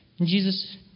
Jesus